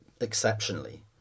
exceptionally